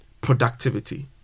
productivity